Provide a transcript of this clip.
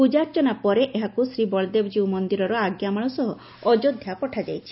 ପୂଜାର୍ଚ୍ଚନା ପରେ ଏହାକୁ ଶ୍ରୀବଳଦେବଜିଉ ମନ୍ଦିରର ଆଙ୍କାମାଳ ସହ ଅଯୋଧା ପଠାଯାଇଛି